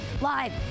live